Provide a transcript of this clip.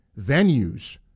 venues